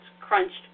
crunched